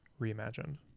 reimagined